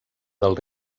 del